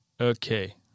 okay